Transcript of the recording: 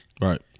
Right